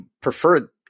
prefer